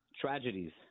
tragedies